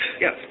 Yes